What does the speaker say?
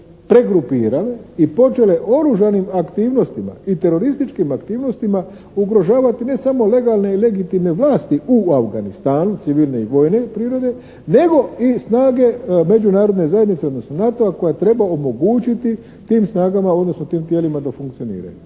pregrupirale i počele oružanim aktivnostima i terorističkim aktivnostima ugrožavati ne samo legalne i legitimne vlasti u Afganistanu, civilne i vojne prirode nego i snage Međunarodne zajednice, odnosno NATO-a koja treba omogućiti tim snagama, odnosno tim tijelima da funkcioniraju.